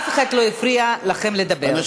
אף אחד לא הפריע לכם לדבר.